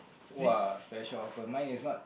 [wah] special offer mine is not